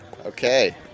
okay